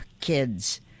Kids